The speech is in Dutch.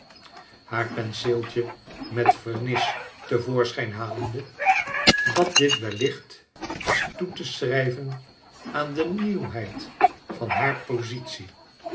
haar penseeltje met vernis te voorschijn halende dat dit wellicht is toe te schrijven aan de nieuwheid van hare positie